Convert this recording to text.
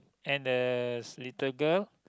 and the little girl